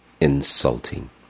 insulting